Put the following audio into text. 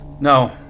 No